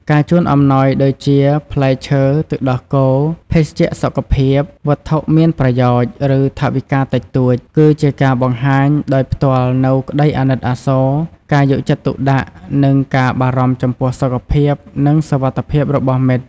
ការជូនអំណោយដូចជា ផ្លែឈើ ទឹកដោះគោ ភេសជ្ជៈសុខភាព វត្ថុមានប្រយោជន៍ ឬថវិកាតិចតួច គឺជាការបង្ហាញដោយផ្ទាល់នូវក្តីអាណិតអាសូរ ការយកចិត្តទុកដាក់ និងការបារម្ភចំពោះសុខភាព និងសុវត្ថិភាពរបស់មិត្ត។